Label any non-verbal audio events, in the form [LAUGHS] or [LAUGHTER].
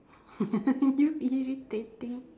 [LAUGHS] you irritating